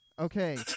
Okay